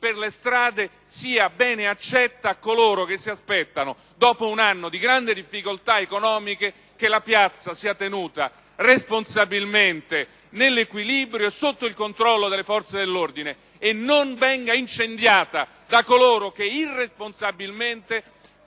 ...per le strade sia bene accetta a coloro che si aspettano, dopo un anno di grandi difficoltà economiche, che la piazza sia tenuta responsabilmente in equilibrio, sotto il controllo delle forze dell'ordine, e non venga incendiata da coloro che irresponsabilmente